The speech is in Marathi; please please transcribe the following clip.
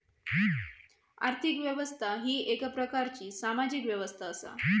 आर्थिक व्यवस्था ही येक प्रकारची सामाजिक व्यवस्था असा